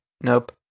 nope